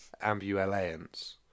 *Ambulance*